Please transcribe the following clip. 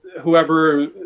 whoever